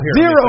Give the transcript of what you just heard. zero